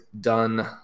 done –